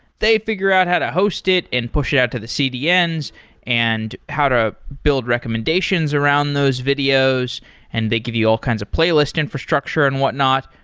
they figure out how to host it and push it out to the cdns and how to build recommendations around those videos and they give you all kinds of playlist infrastructure and whatnot.